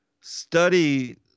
study